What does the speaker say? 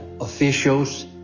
officials